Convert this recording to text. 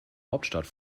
hauptstadt